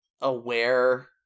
aware-